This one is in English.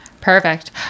Perfect